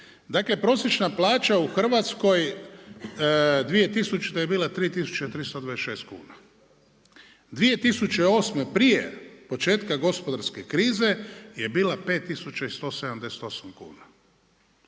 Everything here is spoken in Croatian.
Dakle prosječna plaća u Hrvatskoj 2000. je bila 3.326 kuna, 2008. prije početka gospodarske krize je bila 5.178 kuna.